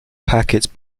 packets